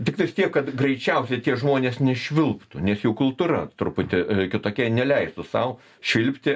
tiktais tiek kad greičiausiai tie žmonės nešvilptų nes jų kultūra truputį kitokia jie neleistų sau švilpti